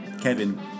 kevin